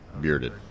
bearded